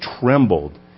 trembled